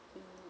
mm